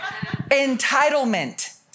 entitlement